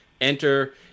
enter